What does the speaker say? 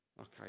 okay